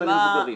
אבל למבוגרים.